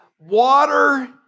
Water